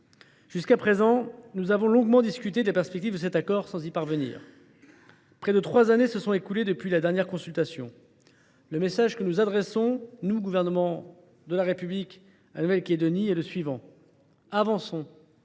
Jusqu’à présent, nous avons longuement discuté des perspectives de cet accord sans y parvenir. Près de trois années se sont écoulées depuis la dernière consultation. Le message que le Gouvernement adresse à la Nouvelle Calédonie est le suivant : avançons,